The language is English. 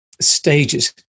stages